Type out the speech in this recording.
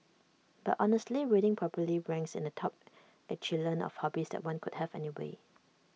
but honestly reading probably ranks in the top echelon of hobbies that one could have anyway